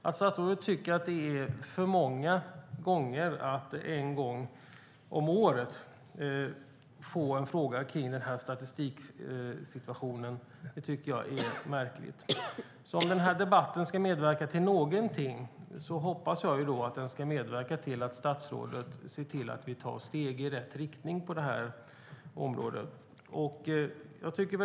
Att statsrådet tycker att det är för många gånger att en gång om året få en fråga om statistiksituationen är märkligt. Om debatten ska medverka till någonting hoppas jag att den ska medverka till att statsrådet ser till att vi tar steg i rätt riktning på området.